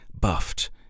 buffed